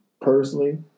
personally